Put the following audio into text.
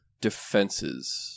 defenses